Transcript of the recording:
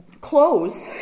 clothes